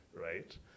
right